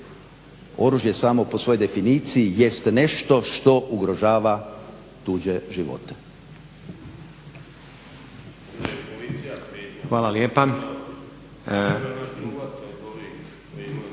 Oružje samo po svojoj definiciji jest nešto što ugrožava tuđe živote. **Stazić,